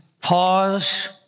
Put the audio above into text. pause